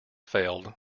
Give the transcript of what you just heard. failed